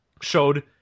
showed